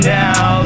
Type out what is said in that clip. now